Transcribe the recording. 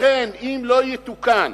לכן אם לא יתוקן